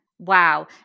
Wow